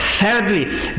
thirdly